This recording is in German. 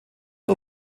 nur